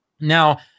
Now